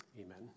Amen